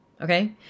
okay